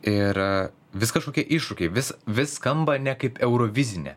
ir vis kažkokie iššūkiai vis vis skamba ne kaip eurovizinė